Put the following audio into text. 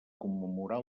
commemorar